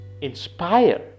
inspire